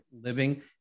living